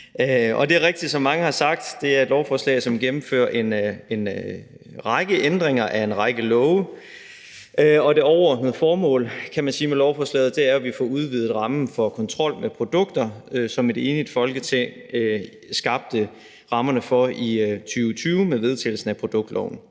Det er rigtigt, som mange har sagt, at det er et lovforslag, som gennemfører en række ændringer af en række love, og man kan sige, at det overordnede formål med lovforslaget er, at vi får udvidet rammen for kontrol med produkter, som et enigt Folketing skabte rammerne for i 2020 med vedtagelsen af produktloven.